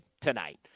tonight